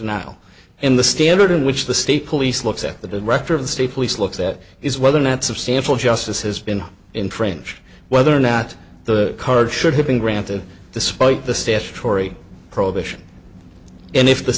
in the standard in which the state police looks at the director of the state police look that is whether or not substantial justice has been infringed whether or not the card should have been granted despite the statutory prohibition and if the